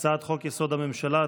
אין נמנעים.